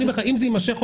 צריך לומר